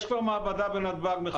יש כבר מעבדה בנתב"ג.